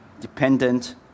dependent